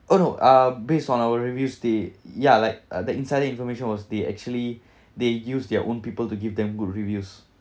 oh no uh based on our review they ya like uh the insider information was they actually they use their own people to give them good reviews